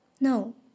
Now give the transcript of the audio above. no